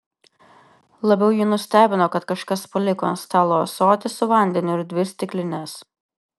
labiau jį nustebino kad kažkas paliko ant stalo ąsotį su vandeniu ir dvi stiklines